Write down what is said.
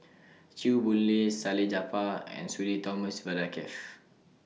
Chew Boon Lay Salleh Japar and Sudhir Thomas Vadaketh